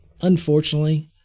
unfortunately